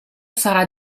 sarà